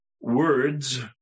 words